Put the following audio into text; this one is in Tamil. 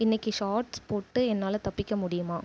இன்றைக்கு ஷார்ட்ஸ் போட்டு என்னால் தப்பிக்க முடியுமா